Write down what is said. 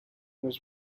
was